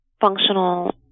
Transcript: functional